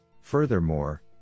Furthermore